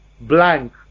blank